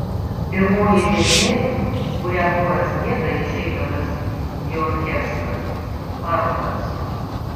pirmoji giesmė kurią choras gieda išeidamas į orchestrą parodas